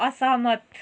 असहमत